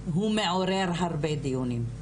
הוא מעורר הרבה דיונים,